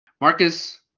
Marcus